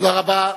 תודה רבה.